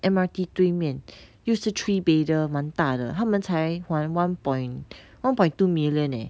M_R_T 对面又是 three bedder 蛮大的他们才还 one point one point two million eh